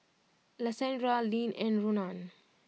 Alessandra Lyn and Ronan